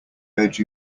urge